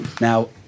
now